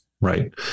right